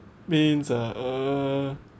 mains ah uh